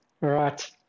Right